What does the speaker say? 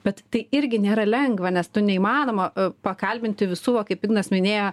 bet tai irgi nėra lengva nes tu neįmanoma pakalbinti visų va kaip ignas minėjo